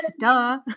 duh